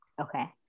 Okay